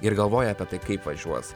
ir galvoja apie tai kaip važiuos